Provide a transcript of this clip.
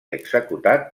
executat